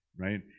Right